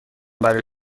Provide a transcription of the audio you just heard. برای